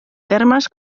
termes